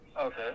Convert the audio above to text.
Okay